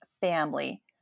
family